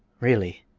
really,